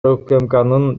укмкнын